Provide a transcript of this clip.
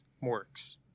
works